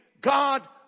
God